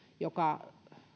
joka